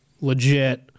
legit